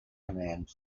command